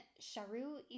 Sharu